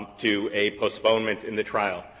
to a postponement in the trial.